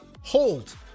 hold